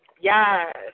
Yes